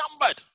numbered